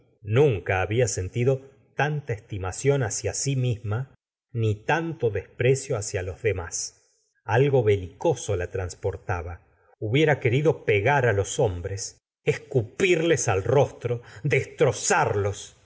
nunca babia sentido tanta estimación hacia si propia ni tanto desprecio hacia los demás algo belicoso la transportaba hubiera querido pegar á los hombres escupirles al rostro destrozarlos